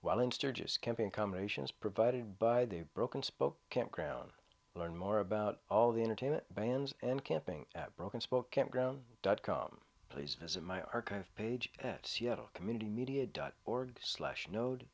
well in sturgis camping combinations provided by the broken spoke campground learn more about all the entertainment bans and camping at broken spoke campground dot com please visit my archive page at seattle community media dot org slash node